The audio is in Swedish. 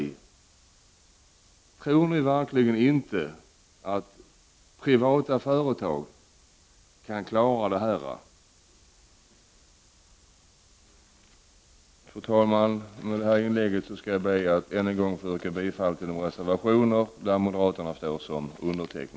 Tror ni verkligen inte att privata företag kan klara det här? Fru talman! Med det här inlägget ber jag att än en gång få yrka bifall till de reservationer som moderaterna står bakom.